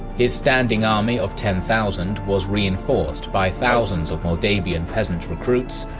his standing army of ten thousand was reinforced by thousands of moldavian peasant recruits,